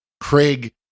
Craig